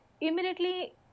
immediately